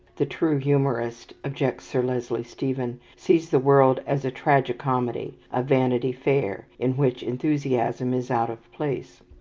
the true humourist, objects sir leslie stephen, sees the world as a tragi-comedy, a vanity fair, in which enthusiasm is out of place.